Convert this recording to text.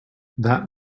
that